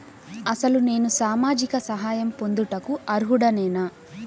అసలు నేను సామాజిక సహాయం పొందుటకు అర్హుడనేన?